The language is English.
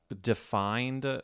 defined